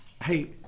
hey